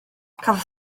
cafodd